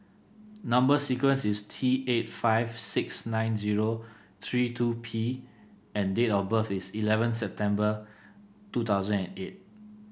number sequence is T eight five six nine zero three two P and date of birth is eleven September two thousand and eight